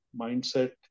mindset